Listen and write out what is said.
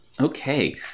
Okay